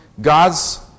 God's